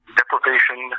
deprivation